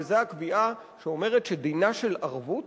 וזה הקביעה שאומרת שדינה של ערבות